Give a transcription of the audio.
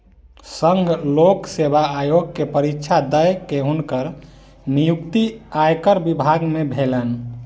संघ लोक सेवा आयोग के परीक्षा दअ के हुनकर नियुक्ति आयकर विभाग में भेलैन